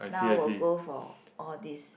now will go for all these